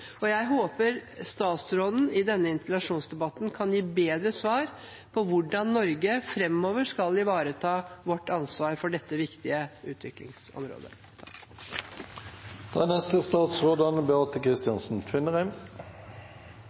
Jeg håper statsråden i denne interpellasjonsdebatten kan gi bedre svar på hvordan Norge framover skal ivareta vårt ansvar for dette viktige utviklingsområdet.